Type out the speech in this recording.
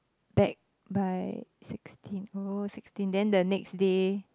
back by sixteen oh sixteen then the next day